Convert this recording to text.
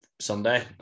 Sunday